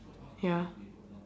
ya